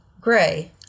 gray